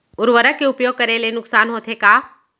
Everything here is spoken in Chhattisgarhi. उर्वरक के उपयोग करे ले नुकसान होथे का?